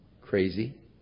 crazy